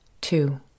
Two